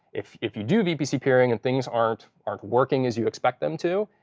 if if you do vpc peering, and things aren't aren't working as you expect them to,